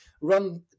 run